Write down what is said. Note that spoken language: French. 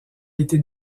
été